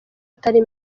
atari